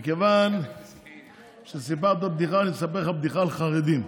מכיוון שסיפרת בדיחה, אני אספר לך בדיחה על חרדים.